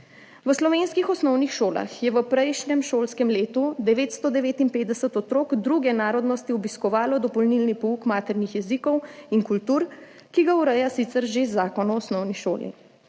V slovenskih osnovnih šolah je v prejšnjem šolskem letu 959 otrok druge narodnosti obiskovalo dopolnilni pouk maternih jezikov in kultur, ki ga ureja sicer že Zakon o osnovni šoli.